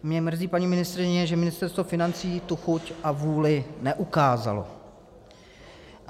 Mě mrzí, paní ministryně, že Ministerstvo financí tu chuť a vůli neukázalo.